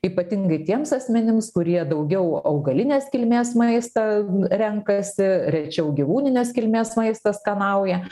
ypatingai tiems asmenims kurie daugiau augalinės kilmės maistą renkasi rečiau gyvūninės kilmės maistą skanauja